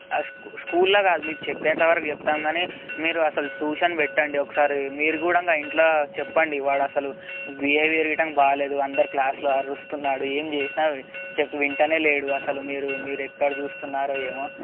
స్కూ స్కూల్లో కాదు మేము చెప్పేంత వరకు చెప్తాం కానీ మీరు అసలు ట్యూషన్ పెట్టండి ఒకసారి మీరు కూడా నా ఇంట్లో చెప్పండి వాడు అసలు బిహేవియర్ గిట్ట బాలేదు అందరూ క్లాస్లో అరుస్తున్నాడు ఏమి చేసిన చెప్తే వింట లేడు అసలు మీరు మీరు ఎక్కడ చూస్తున్నారో ఏమో